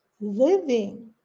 living